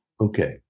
Okay